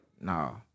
No